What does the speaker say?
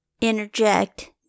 interject